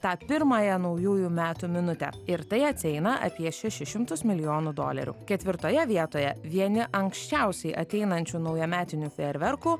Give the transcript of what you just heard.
tą pirmąją naujųjų metų minutę ir tai atsieina apie šešis šimtus milijonų dolerių ketvirtoje vietoje vieni anksčiausiai ateinančių naujametinių fejerverkų